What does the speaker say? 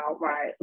right